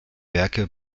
werke